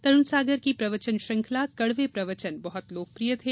तरुण सागर की प्रवचन श्रंखला कड़वे प्रवचन बहुत लोकप्रिय थी